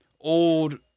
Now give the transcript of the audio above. old